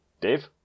Dave